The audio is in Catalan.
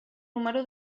número